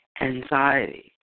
anxiety